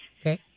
Okay